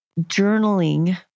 Journaling